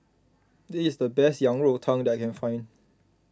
this is the best Yang Rou Tang that I can find